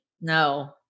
no